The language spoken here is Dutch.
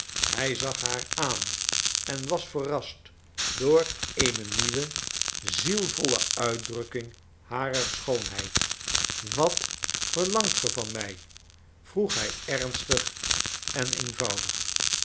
hij zag haar aan en was verrast door eene nieuwe zielvolle uitdrukking harer schoonheid wat verlangt ge van mij vroeg hij ernstig en eenvoudig